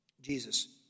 Jesus